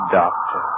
doctor